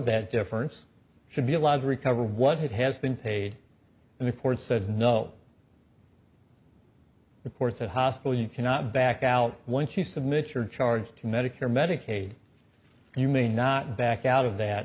that difference should be allowed to recover what it has been paid and the court said no reports of hospital you cannot back out once you submit your charge to medicare medicaid you may not back out of that